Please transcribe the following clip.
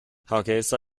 hargeysa